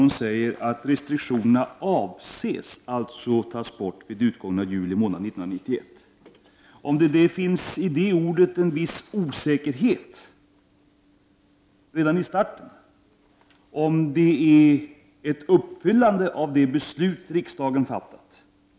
Hon säger: ”Restriktionerna avses alltså tas bort vid utgången av juli månad 1991—- ——.” Det finns i de orden en viss osäkerhet redan från början om huruvida det innebär ett uppfyllande av det beslut som riksdagen fattat.